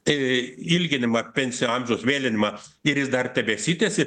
tai ilginimą pensinio amžiaus vėlinimą ir jis dar tebesitęsi